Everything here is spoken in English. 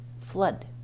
flood